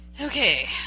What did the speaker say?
Okay